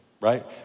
right